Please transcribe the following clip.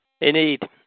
Indeed